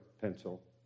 pencil